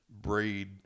breed